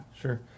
sure